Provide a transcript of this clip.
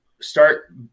start